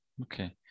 Okay